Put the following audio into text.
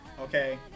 okay